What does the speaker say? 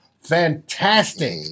fantastic